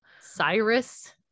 Cyrus